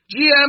GM